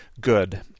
good